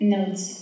Notes